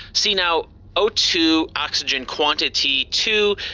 see now o two oxygen quantity two.